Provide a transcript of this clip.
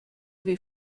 wie